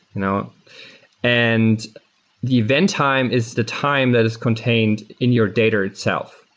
you know and the event time is the time that is contained in your data itself.